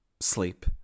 sleep